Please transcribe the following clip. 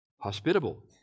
hospitable